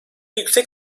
yüksek